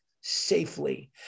safely